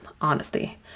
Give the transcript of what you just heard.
honesty